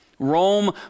rome